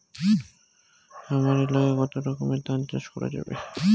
হামার এলাকায় কতো রকমের ধান চাষ করা যাবে?